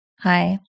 Hi